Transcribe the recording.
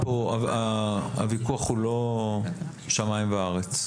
הוויכוח הוא לא שמיים וארץ.